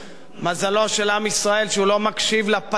מזלו של עם ישראל שהוא לא מקשיב לפטפטת